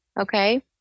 okay